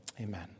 amen